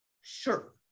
Sure